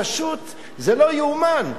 פשוט לא ייאמן,